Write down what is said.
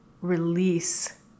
release